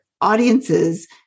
audiences